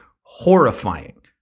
horrifying